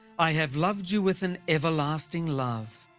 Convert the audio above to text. i have loved you with an everlasting love.